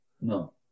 No